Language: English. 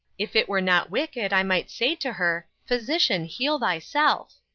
if it were not wicked i might say to her, physician, heal thyself